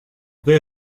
they